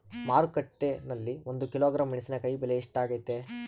ಮಾರುಕಟ್ಟೆನಲ್ಲಿ ಒಂದು ಕಿಲೋಗ್ರಾಂ ಮೆಣಸಿನಕಾಯಿ ಬೆಲೆ ಎಷ್ಟಾಗೈತೆ?